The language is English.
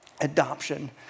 adoption